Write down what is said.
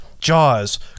Jaws